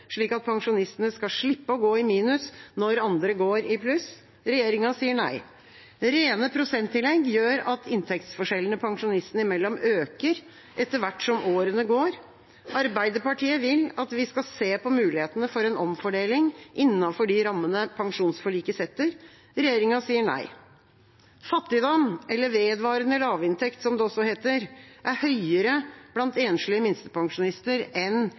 slik at pensjonistene skal slippe å gå i minus når andre går i pluss. Regjeringa sier nei. Rene prosenttillegg gjør at inntektsforskjellene pensjonistene imellom øker etter hvert som årene går. Arbeiderpartiet vil at vi skal se på mulighetene for en omfordeling innenfor de rammene pensjonsforliket setter. Regjeringa sier nei. Fattigdom – eller vedvarende lavinntekt, som det også heter – er mer utbredt blant enslige minstepensjonister enn